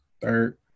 third